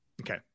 Okay